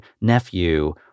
nephew